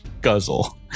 guzzle